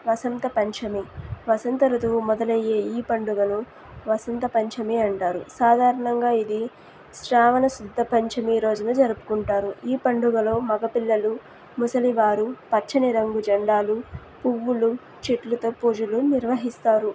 వసంత పంచమి వసంత ఋతువు మొదలయ్యే ఈ పండుగను వసంత పంచమి అంటారు సాధారణంగా ఇది శ్రావణ శుద్ధ పంచమి రోజున జరుపుకుంటారు ఈ పండుగలో మగ పిల్లలు ముసలివారు పచ్చని రంగు జెండాలు పువ్వులు చెట్లతో పూజలు నిర్వహిస్తారు